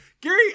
gary